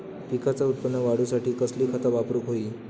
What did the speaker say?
पिकाचा उत्पन वाढवूच्यासाठी कसली खता वापरूक होई?